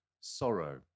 sorrow